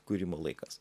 kūrimo laikas